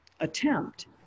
attempt